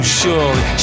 surely